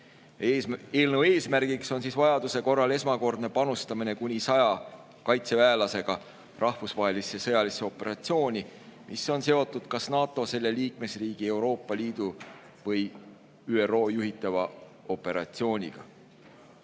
Eelnõu eesmärk on vajaduse korral esmakordne panustamine kuni 100 kaitseväelasega rahvusvahelisse sõjalisse operatsiooni, mis on seotud kas NATO, selle liikmesriigi, Euroopa Liidu või ÜRO juhitava operatsiooniga. Eelnõu